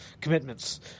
commitments